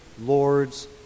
Lord's